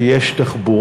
כי יש תחבורה.